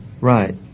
Right